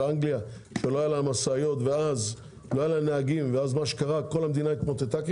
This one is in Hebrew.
של אנגליה שלא היו לה משאיות ואז כל המדינה כמעט התמוטטה?